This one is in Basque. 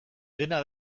dena